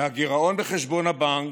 מהגירעון בחשבון הבנק,